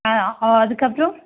ஆ அதுக்கப்புறம்